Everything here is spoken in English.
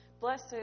Blessed